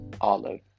Olive